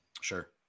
Sure